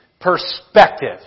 Perspective